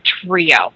trio